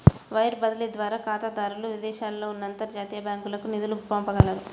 wire బదిలీ ద్వారా ఖాతాదారులు విదేశాలలో ఉన్న అంతర్జాతీయ బ్యాంకులకు నిధులను పంపగలరు